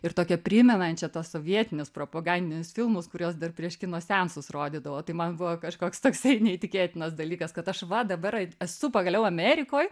ir tokią primenančią tuos sovietinius propagandinius filmus kuriuos dar prieš kino seansus rodydavo tai man buvo kažkoks toks neįtikėtinas dalykas kad aš va dabar esu pagaliau amerikoj